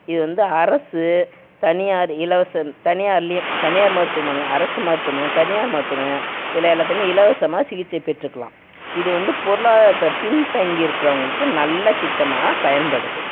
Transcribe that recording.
இது வந்து அரசு தனியார் இலவச தனியார்லேயும் தனியார் மருத்துவமனை அரசு மருத்துவமனை தனியார் மருத்துவமனை இதில் எல்லாத்தையுமே இலவசமாக சிகிச்சை பெற்றுக்கலாம் இதுவந்து பொருளாதாரத்தில் பின்தங்கி இருக்கிறவங்களுக்கு நல்ல திட்டமாக பயன்படுது